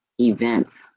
events